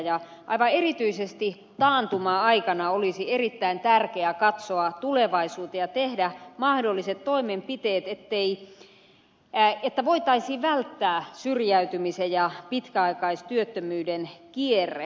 aivan erityisesti taantuma aikana olisi erittäin tärkeää katsoa tulevaisuuteen ja tehdä mahdolliset toimenpiteet että voitaisiin välttää syrjäytymisen ja pitkäaikaistyöttömyyden kierre